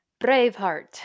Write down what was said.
Braveheart